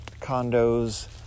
condos